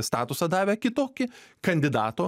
statusą davė kitokį kandidato